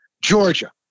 Georgia